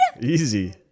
Easy